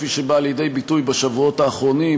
כפי שבאה לידי ביטוי בשבועות האחרונים,